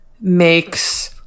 makes